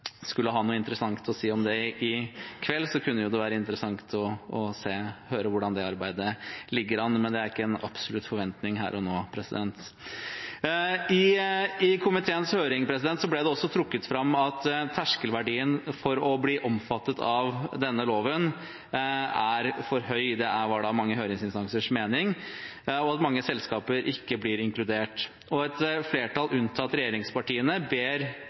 skulle ha noe interessant å si om det i kveld, kunne det være interessant å høre hvordan det arbeidet ligger an. Men det er ikke en absolutt forventning her og nå. I komiteens høring ble det også trukket fram at terskelverdien for å bli omfattet av denne loven er for høy – det var mange høringsinstansers mening – og at mange selskaper ikke blir inkludert. Et flertall, med unntak av regjeringspartiene, ber